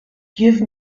give